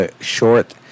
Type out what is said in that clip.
short